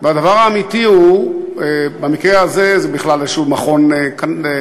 והדבר האמיתי במקרה הזה זה בכלל איזה מכון דני,